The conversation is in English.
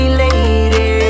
lady